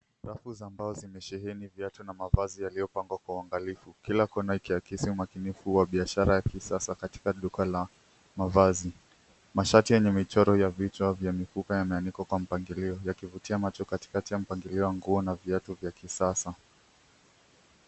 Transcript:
Rafu za mbao zimesheheni viatu na mavazi yaliyopangwa kwa uangalifu kila kona ikiakisi umakinifu wa biashara ya kisasa katika duka la mavazi. Mashati yenye michoro ya vichwa vya mifupa yameandikwa kwa mpangilio yakivutia macho katikati ya mpangilio wa nguo na viatu vya kisasa.